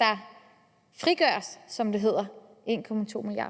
der frigøres, som det hedder, 1,2 mia.